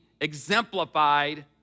exemplified